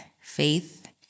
faith